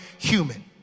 human